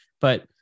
but-